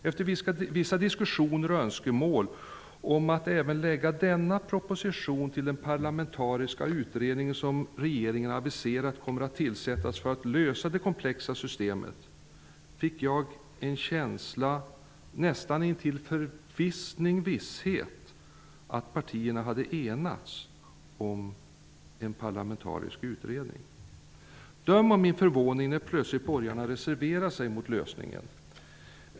Efter vissa diskussioner och önskemål om att lägga även denna proposition till den parlamentariska utredning som regeringen har aviserat kommer att tillsättas för att lösa detta komplexa system, fick jag en känsla, nästan intill visshet, av att partierna hade enats om en parlamentarisk utredning. Döm om min förvåning då plötsligt borgarna reserverar sig mot lösningen!